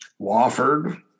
Wofford